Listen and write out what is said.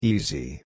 Easy